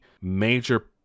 major